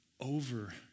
over